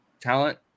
talent